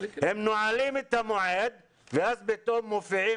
הם נועלים את המועד ואז פתאום מופיעים